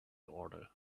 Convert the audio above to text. order